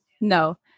No